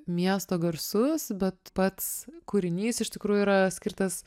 miesto garsus bet pats kūrinys iš tikrųjų yra skirtas